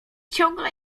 ciągle